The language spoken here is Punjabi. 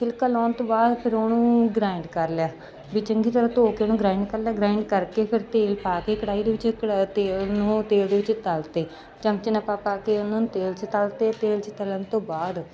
ਛਿਲਕਾ ਲਾਉਣ ਤੋਂ ਬਾਅਦ ਫਿਰ ਉਹਨੂੰ ਗਰਾਇੰਡ ਕਰ ਲਿਆ ਵੀ ਚੰਗੀ ਤਰ੍ਹਾਂ ਧੋ ਕੇ ਉਹਨੂੰ ਗਰਾਈਂਡ ਕਰ ਲਿਆ ਗਰਾਈਂਡ ਕਰਕੇ ਫਿਰ ਤੇਲ ਪਾ ਕੇ ਕੜਾਹੀ ਦੇ ਵਿੱਚ ਤੇਲ ਨੂੰ ਤੇਲ ਦੇ ਵਿੱਚ ਤਲ ਅਤੇ ਚਮਚੇ ਨਾਲ ਪਾ ਪਾ ਕੇ ਉਹਨਾਂ ਨੂੰ ਤੇਲ 'ਚ ਤਲ ਅਤੇ ਤੇਲ 'ਚ ਤਲਣ ਤੋਂ ਬਾਅਦ